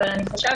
אבל אני חושבת,